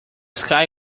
sky